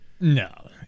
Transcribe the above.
No